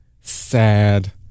sad